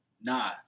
Nah